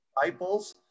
disciples